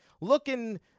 looking